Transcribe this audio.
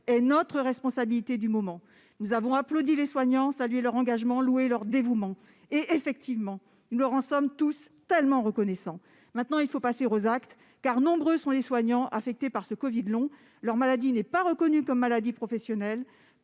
est notre responsabilité du moment. Nous avons applaudi les soignants, salué leur engagement, loué leur dévouement. Et effectivement, nous leur en sommes tous tellement reconnaissants ! Désormais, il nous faut passer aux actes, car nombreux sont ceux, parmi eux, qui sont affectés par le covid long. Leur maladie n'est pas reconnue comme maladie professionnelle.